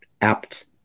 apt